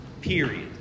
Period